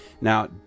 now